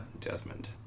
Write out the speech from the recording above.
Desmond